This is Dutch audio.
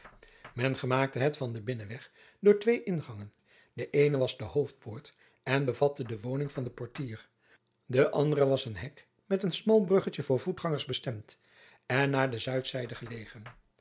men genaakte het van den binnenweg door twee ingangen de eene was de hoofdpoort en bevatte de woning van den poortier de andere was een hek met een smal bruggetje voor voetgangers bestemd en naar de zuidzijde gelegen